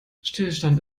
stillstand